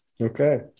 Okay